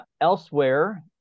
Elsewhere